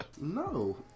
no